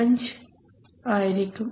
5 ആയിരിക്കും